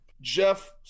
jeff